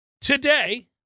Today